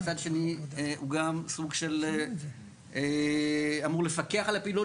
מצד שני הוא גם סוג של אמור לפקח על הפעילות